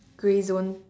grey zone